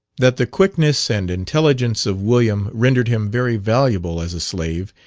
that the quickness and intelligence of william rendered him very valuable as a slave,